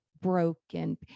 broken